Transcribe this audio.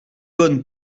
bonne